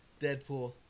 Deadpool